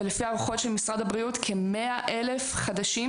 ולפי הערכות של משרד הבריאות כ-100,000 חדשים